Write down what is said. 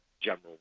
general